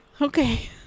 Okay